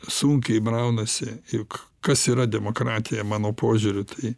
sunkiai braunasi juk kas yra demokratija mano požiūriu tai